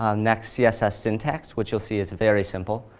ah next, css syntax, which, you'll see, is very simple.